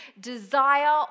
desire